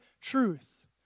truth